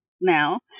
now